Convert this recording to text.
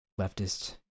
leftist